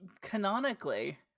canonically